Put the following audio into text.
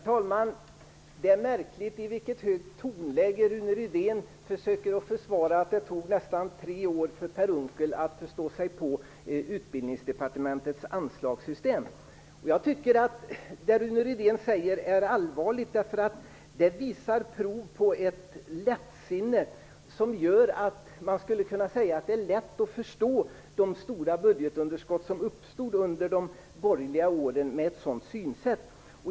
Herr talman! Det är ett märkligt högt tonläge Rune Rydén använder när han försöker försvara att det tog nästan tre år för Per Unckel att förstå sig på Utbildningsdepartementets anslagssystem. Jag tycker att det Rune Rydén säger är allvarligt, därför att det visar prov på ett lättsinne som gör det enkelt att förstå anledningen till de stora budgetunderskott som uppstod under de borgerliga åren.